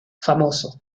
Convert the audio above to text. famoso